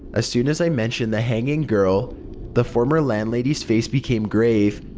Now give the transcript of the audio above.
ah soon as i mentioned the hanging girl the former landlady's face became grave.